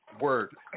Word